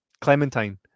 Clementine